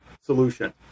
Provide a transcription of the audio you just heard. solution